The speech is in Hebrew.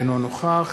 אינו נוכח